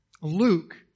Luke